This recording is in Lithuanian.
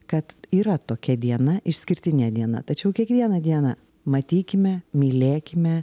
kad yra tokia diena išskirtinė diena tačiau kiekvieną dieną matykime mylėkime